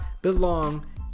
belong